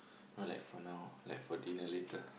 not like for now for like dinner later